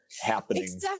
happening